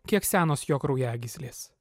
kiek senos jo kraujagyslės